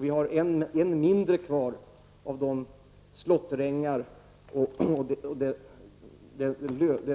Vi har ännu mindre kvar av de slåtterängar och det